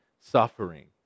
Suffering